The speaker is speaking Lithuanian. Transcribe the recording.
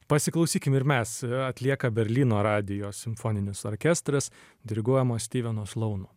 pasiklausykim ir mes atlieka berlyno radijo simfoninis orkestras diriguojamas stiveno slauno